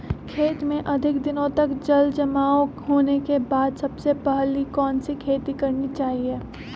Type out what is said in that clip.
खेत में अधिक दिनों तक जल जमाओ होने के बाद सबसे पहली कौन सी खेती करनी चाहिए?